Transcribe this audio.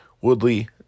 woodley